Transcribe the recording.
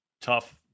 tough